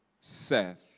Seth